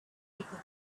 people